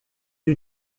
eut